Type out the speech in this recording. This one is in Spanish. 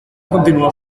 continuó